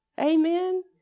Amen